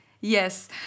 Yes